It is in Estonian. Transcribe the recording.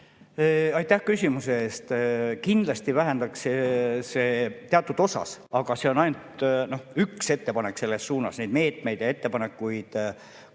Aitäh küsimuse eest! Kindlasti vähendaks see teatud osas, aga see on ainult üks ettepanek selles suunas. Neid meetmeid ja ettepanekuid